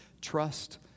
trust